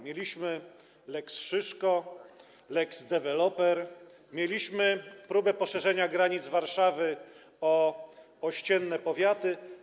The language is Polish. Mieliśmy lex Szyszko, lex deweloper, mieliśmy próbę poszerzenia granic Warszawy o ościenne powiaty.